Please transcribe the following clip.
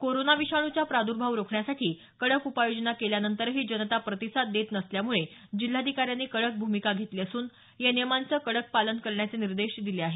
corona विषाणूच्या प्रादुर्भाव रोखण्यासाठी कडक उपायोजना केल्यानंतरही जनता प्रतिसाद देत नसल्यामुळे जिल्हाधिकाऱ्यांनी कडक भूमिका घेतली असून या नियमांचे कडक पालन करण्याचे निर्देश दिले आहेत